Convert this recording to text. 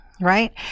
right